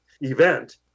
event